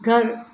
घरु